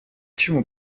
чему